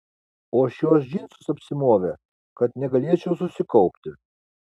o šiuos džinsus apsimovė kad negalėčiau susikaupti